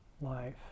life